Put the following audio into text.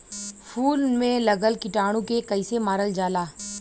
फूल में लगल कीटाणु के कैसे मारल जाला?